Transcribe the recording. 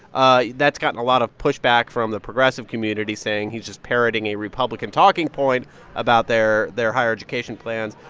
ah that's gotten a lot of pushback from the progressive community saying he's just parroting a republican talking point about their their higher education plans.